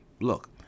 look